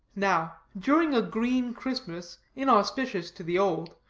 now, during a green christmas, inauspicious to the old,